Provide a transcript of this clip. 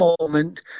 moment